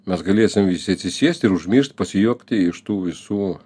mes galėsim visi atsisėsti ir užmiršt pasijuokti iš tų visų